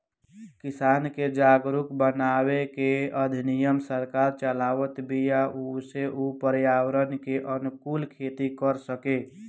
किसान के जागरुक बनावे के अभियान सरकार चलावत बिया जेसे उ पर्यावरण के अनुकूल खेती कर सकें